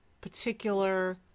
particular